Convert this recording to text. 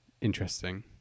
interesting